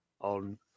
on